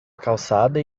calçada